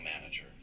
manager